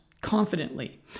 confidently